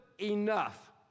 enough